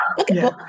okay